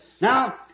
Now